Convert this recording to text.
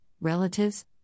relatives